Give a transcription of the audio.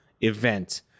event